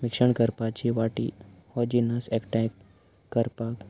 मिश्रण करपाची वाटी हो जिनस एकठांय करपाक